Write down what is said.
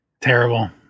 Terrible